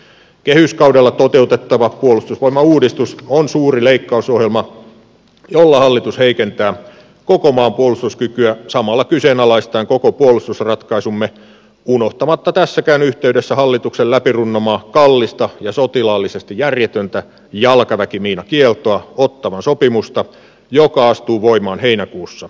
kehyskaudella toteutettava puolustusvoimauudistus on suuri leikkausohjelma jolla hallitus heikentää koko maan puolustuskykyä samalla kyseenalaistaen koko puolustusratkaisumme unohtamatta tässäkään yhteydessä hallituksen läpi runnomaa kallista ja sotilaallisesti järjetöntä jalkaväkimiinakieltoa ottawan sopimusta joka astuu voimaan heinäkuussa